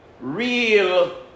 real